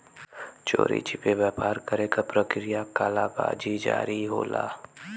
चोरी छिपे व्यापार करे क प्रक्रिया कालाबाज़ारी होला